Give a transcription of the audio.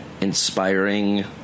inspiring